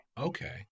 Okay